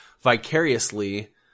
vicariously